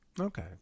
Okay